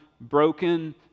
broken